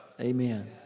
Amen